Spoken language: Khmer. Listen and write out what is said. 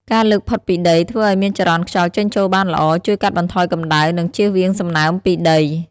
ការលើកផុតពីដី ធ្វើឲ្យមានចរន្តខ្យល់ចេញចូលបានល្អ ជួយកាត់បន្ថយកម្ដៅ និងជៀសវាងសំណើមពីដី ។